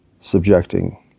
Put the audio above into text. subjecting